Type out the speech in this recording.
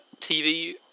TV